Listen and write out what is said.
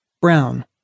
Brown